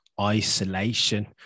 isolation